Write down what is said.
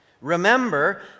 remember